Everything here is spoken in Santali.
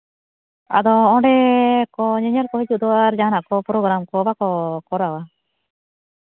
ᱟᱫᱚ ᱚᱸᱰᱮ ᱠᱚ ᱧᱮᱧᱮᱞ ᱠᱚ ᱦᱤᱡᱩᱜ ᱫᱚ ᱟᱨ ᱡᱟᱦᱟᱱᱟᱜ ᱠᱚ ᱯᱨᱚᱜᱨᱟᱢ ᱠᱚ ᱵᱟᱠᱚ ᱠᱚᱨᱟᱣᱟ